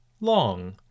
long